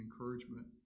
encouragement